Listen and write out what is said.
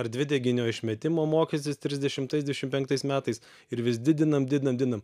ar dvideginio išmetimo mokestis trisdešimtais dvidešim penktais metais ir vis didinam didinam didinam